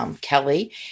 Kelly